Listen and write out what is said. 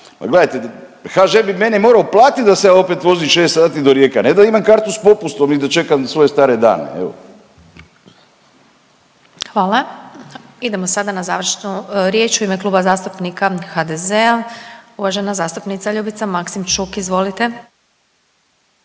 gledajte, HŽ bi meni morao platiti da se opet vozim 6 sati do Rijeke, a ne da imam kartu s popustom i da čekam svoje stare dane, je li? **Glasovac, Sabina (SDP)** Hvala. Idemo sada na završno, riječ u ime Kluba zastupnika HDZ-a, uvažena zastupnica Ljubica Maksimčuk, izvolite.